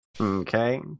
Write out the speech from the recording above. Okay